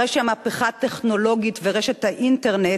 הרי שהמהפכה הטכנולוגית והאינטרנט